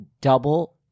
double